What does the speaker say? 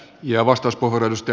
arvoisa puhemies